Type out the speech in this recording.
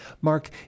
Mark